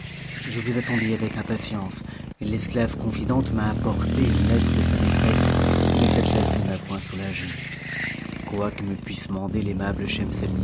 je vous attendais avec impatience l'esclave confidente m'a apporté une lettre de sa maîtresse mais cette lettre ne m'a point soulagé quoi que me puisse mander l'aimable